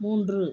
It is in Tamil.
மூன்று